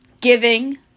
giving